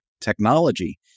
technology